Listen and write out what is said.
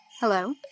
Hello